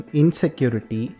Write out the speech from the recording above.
insecurity